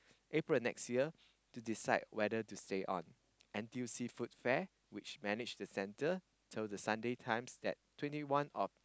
April next year to decide whether to stay on N_T_U_C Foodfare which manage the center told the Sunday Times that twenty one of